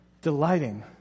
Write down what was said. delighting